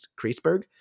Kreisberg